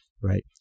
Right